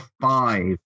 five